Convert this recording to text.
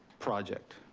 project.